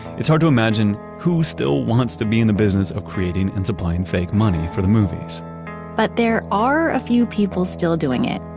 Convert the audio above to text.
it's hard to imagine who still wants to be in the business of creating and supplying fake money for the movies but there are a few people still doing it,